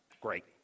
great